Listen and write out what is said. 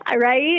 Right